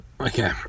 okay